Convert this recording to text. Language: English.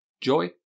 Joy